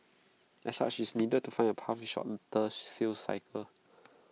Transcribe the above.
as such its needed to find A path with A shorter sales cycle